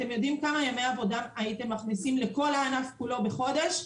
אתם יודעים כמה ימי עבודה הייתם מכניסים לכל הענף כולו בחודש?